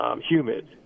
humid